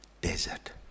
Desert